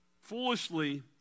Foolishly